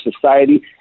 society